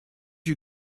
you